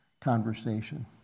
conversation